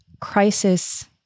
crisis